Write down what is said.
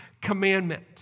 commandment